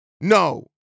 no